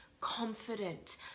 confident